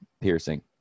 piercing